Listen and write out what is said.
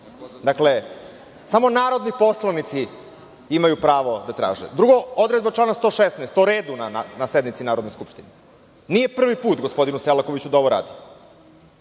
se. Samo narodni poslanici imaju da traže. Drugo, odredba člana 116. o redu na sednici Narodne skupštine. Nije prvi put gospodinu Selakoviću da ovo radi.